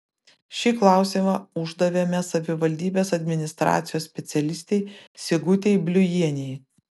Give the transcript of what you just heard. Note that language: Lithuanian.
šį klausimą uždavėme savivaldybės administracijos specialistei sigutei bliujienei